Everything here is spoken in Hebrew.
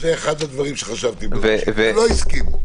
זה אחד מהדברים שחשבתי עליהם, ולא הסכימו.